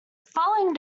following